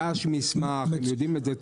כן.